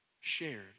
shared